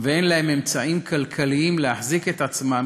ואין להן אמצעים כלכליים להחזיק את עצמן,